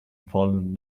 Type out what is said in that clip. fallen